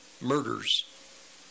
murders